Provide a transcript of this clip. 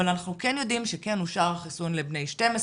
אבל אנחנו כן יודעים שכן אושר החיסון לבני 12,